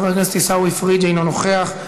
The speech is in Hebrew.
חבר הכנסת עיסאווי פריג' אינו נוכח,